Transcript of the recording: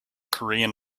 korean